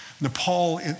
Nepal